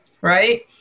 right